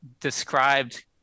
described